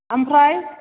ओमफ्राय